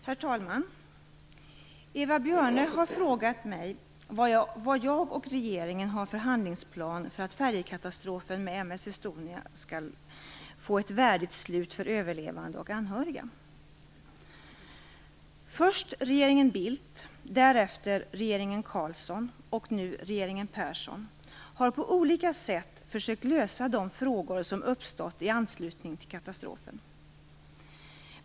Herr talman! Eva Björne har frågat vad jag och regeringen har för handlingsplan för att färjekatastrofen med m/s Estonia skall få ett värdigt slut för överlevande och anhöriga. Först regeringen Bildt, därefter regeringen Carlsson och nu regeringen Persson har på olika sätt försökt lösa de frågor som uppstått i anslutning till katastrofen.